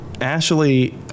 Ashley